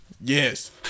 Yes